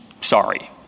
sorry